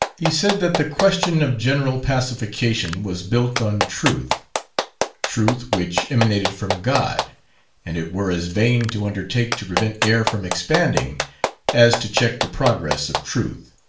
he said that the question of general pacification was built on truth truth which emanated from god and it were as vain to undertake to prevent air from expanding as to check the progress of truth.